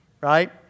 Right